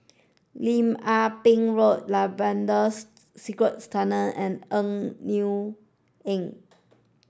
Lim Ah Pin Road Labrador Secret Tunnels and Eng Neo Avenue